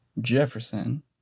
Jefferson